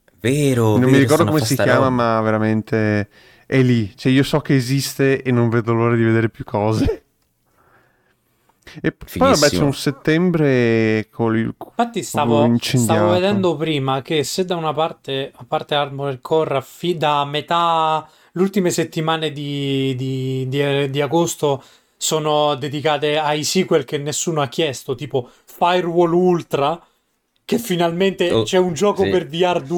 Vero, Non mi vero, ricordo stanno come si chiama, affastellando. ma veramente è lì. Cioè, io so che esiste e non vedo l'ora di vedere più cose. E p- poi Fighissimo. vabbè, c'è un settembre con il- Infatti stavo- col incendiato. stavo vedendo prima che se da una parte- a parte Armored Core, fin da metà- le ultime settimane di- di- di- di agosto sono dedicate ai sequel che nessuno ha chiesto, tipo Firewall Ultra, che finalmente Oh, c'è un gioco sì. per VR2